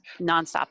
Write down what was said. Nonstop